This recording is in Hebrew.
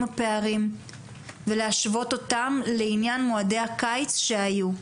הפערים ולהשוות אותם לעניין מועדי הקיץ שהיו.